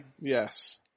Yes